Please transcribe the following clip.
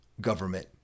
government